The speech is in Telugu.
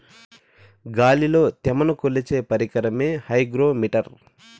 గాలిలో త్యమను కొలిచే పరికరమే హైగ్రో మిటర్